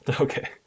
okay